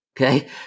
okay